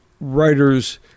writers